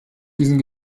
diesen